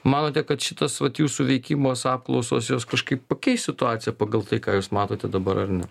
manote kad šitas vat jūsų veikimas apklausos jos kažkaip pakeis situaciją pagal tai ką jūs matote dabar ar ne